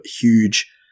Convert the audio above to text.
huge